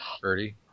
Birdie